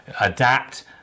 adapt